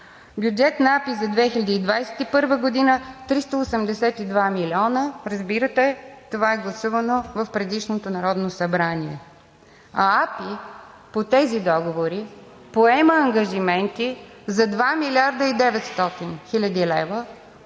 Бюджет на АПИ за 2021 г. – 382 милиона, разбирате – това е гласувано в предишното Народно събрание. А АПИ по тези договори поема ангажименти за 2 млрд. 900 хил. лв.